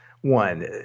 one